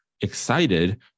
excited